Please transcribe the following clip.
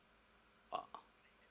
ah